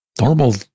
normal